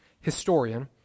historian